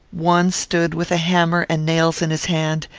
one stood with hammer and nails in his hand,